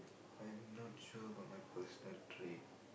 I'm not sure about my personal trait